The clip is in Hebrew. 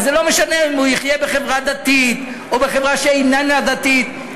וזה לא משנה אם הוא יחיה בחברה דתית או בחברה שאיננה דתית.